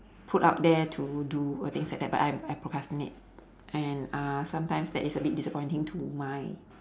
put out there to do uh things like that but I I procrastinate and uh sometimes that is a bit disappointing to my